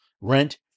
rent